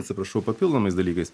atsiprašau papildomais dalykais